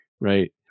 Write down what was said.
Right